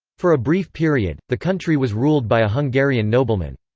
for a brief period, the country was ruled by a hungarian nobleman.